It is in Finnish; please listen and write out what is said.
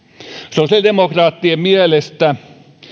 sosiaalidemokraattien mielestä